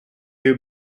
uur